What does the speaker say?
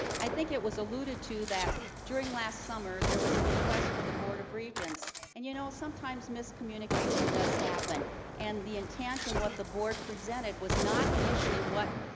i think it was alluded to that during last summer there was a request for the board of regents, and you know sometimes miscommunication does happen and the intent and what the board presented was not initially what?